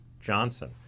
Johnson